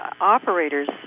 operators